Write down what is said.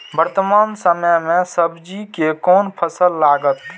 वर्तमान समय में सब्जी के कोन फसल लागत?